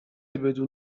بدون